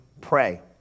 pray